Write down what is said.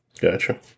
Gotcha